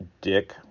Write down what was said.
dick